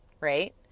right